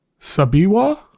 Sabiwa